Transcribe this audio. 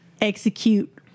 execute